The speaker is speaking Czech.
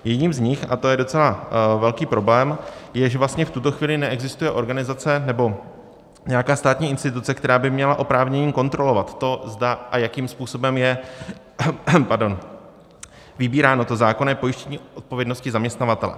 Jedním z nich, a to je docela velký problém, je, že vlastně v tuto chvíli neexistuje organizace nebo nějaká státní instituce, která by měla oprávnění kontrolovat to, zda a jakým způsobem je vybíráno zákonné pojištění odpovědnosti zaměstnavatele.